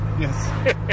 Yes